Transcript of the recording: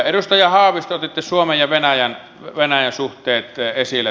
edustaja haavisto otitte suomen ja venäjän suhteet esille